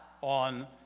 on